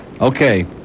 Okay